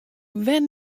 wer